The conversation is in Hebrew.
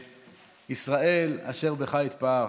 "ישראל אשר בך אתפאר".